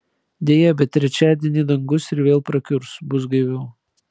deja bet trečiadienį dangus ir vėl prakiurs bus gaiviau